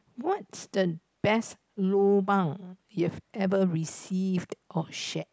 what's the best lobang you have ever received or shared